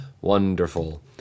wonderful